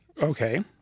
Okay